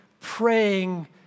praying